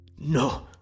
No